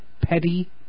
Petty